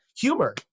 humor